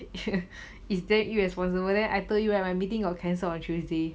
is damn irresponsible then I told you my meeting got cancelled on tuesday